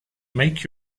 make